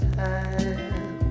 time